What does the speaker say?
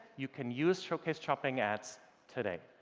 you can use showcase shopping ads today.